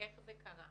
איך זה קרה,